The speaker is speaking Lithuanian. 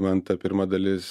man ta pirma dalis